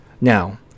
Now